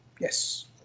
Yes